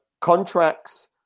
contracts